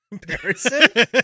comparison